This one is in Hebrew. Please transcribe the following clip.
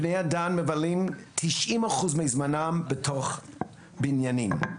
בני אדם מבלים 90% מזמנם בתוך בניינים.